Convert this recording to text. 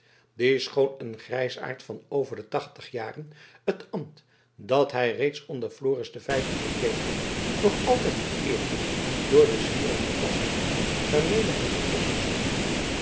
die schoon een grijsaard van over de tachtig jaren het ambt dat hij reeds onder floris v bekleed had nog altijd vereerde door den zwier en de vastheid waarmede hij zijn ros bestuurde